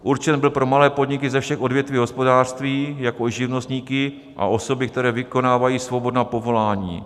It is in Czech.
Určen byl pro malé podniky ze všech odvětví hospodářství jako živnostníky a osoby, které vykonávají svobodná povolání.